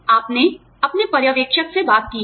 आपने अपने पर्यवेक्षक से बात की है